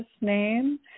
name